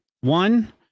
One